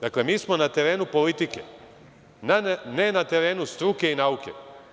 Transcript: Dakle mi smo na terenu politike, ne na terenu struke i nauke.